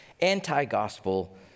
anti-gospel